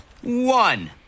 One